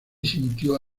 sintió